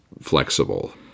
flexible